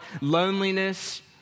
loneliness